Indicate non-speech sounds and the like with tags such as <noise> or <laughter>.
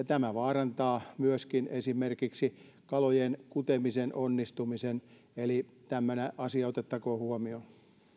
<unintelligible> tämä vaarantaa myöskin esimerkiksi kalojen kutemisen onnistumisen eli tämmöinen asia otettakoon huomioon